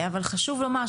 אבל חשוב לומר,